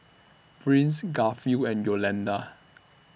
Prince Garfield and Yolanda